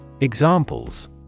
Examples